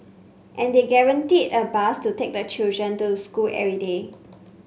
and they guaranteed a bus to take the children to school every day